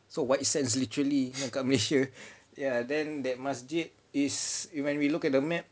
so white sands literally dekat malaysia ya then that masjid is when we look at the map